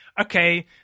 okay